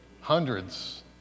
hundreds